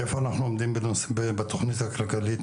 איפה אנחנו עומדים בתכנית הכלכלית.